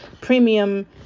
premium